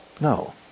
No